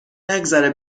نگذره